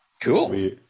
Cool